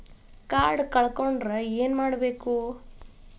Card ಕಳ್ಕೊಂಡ್ರ ಏನ್ ಮಾಡಬೇಕು?